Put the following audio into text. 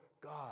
God